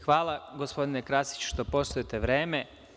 Hvala gospodine Krasiću što poštujete vreme.